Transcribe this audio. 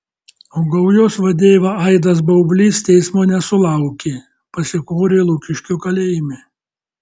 o gaujos vadeiva aidas baublys teismo nesulaukė pasikorė lukiškių kalėjime